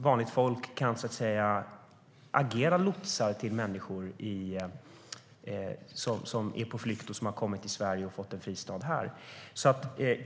Vanligt folk kan också agera lotsar för människor som är på flykt och som har fått en fristad i Sverige.